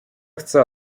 chce